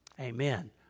amen